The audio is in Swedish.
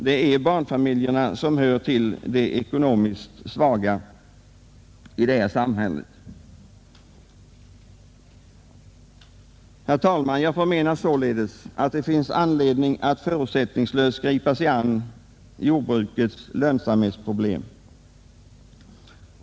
De ekonomiskt svaga grupperna i vårt samhälle utgörs ju i första hand av barnfamiljer. Herr talman! Jag förmenar således, att det finns anledning att förutsättningslöst gripa sig an jordbrukets lönsamhetsproblem.